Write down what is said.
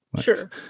Sure